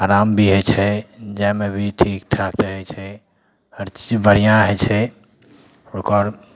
आराम भी होइ छै जाइमे भी ठिकठाक रहै छै हर चीज बढ़िआँ होइ छै ओकर